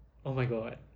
oh my god